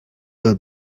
del